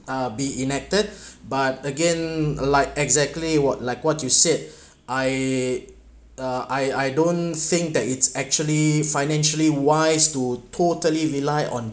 uh be ignited but again like exactly what like what you said I uh I I don't think that it's actually financially wise to totally rely on